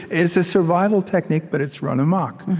it's a survival technique, but it's run amok.